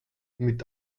mit